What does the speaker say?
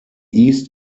east